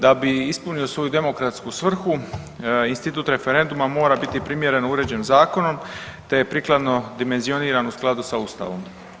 Da bi ispunio svoju demokratsku svrhu, institut referenduma mora biti primjereno uređen zakonom te je prikladno dimenzioniran u skladu sa Ustavom.